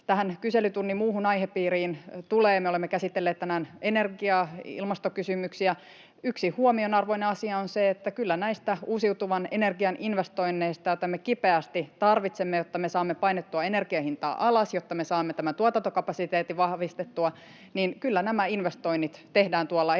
tähän kyselytunnin muuhun aihepiiriin tulee, me olemme käsitelleet tänään energiaa, ilmastokysymyksiä. Yksi huomionarvoinen asia on se, että kyllä nämä uusiutuvan energian investoinnit, joita me kipeästi tarvitsemme, jotta me saamme painettua energian hintaa alas, jotta me saamme tuotantokapasiteetin vahvistettua, tehdään eri puolilla